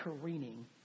careening